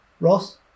Ross